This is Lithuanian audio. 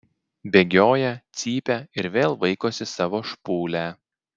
bėgioja cypia ir vėl vaikosi savo špūlę